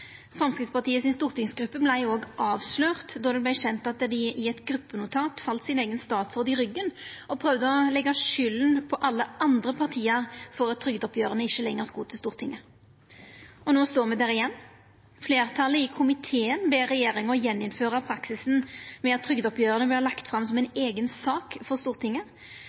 avslørt då det vart kjent at dei i eit gruppenotat fall sin eigen statsråd i ryggen og prøvde å leggja skulda på alle dei andre partia for at trygdeoppgjera ikkje lenger skulle til Stortinget. No står me der igjen. Fleirtalet i komiteen ber regjeringa gjeninnføra praksisen med at trygdeoppgjeret vert lagt fram som eiga sak for Stortinget.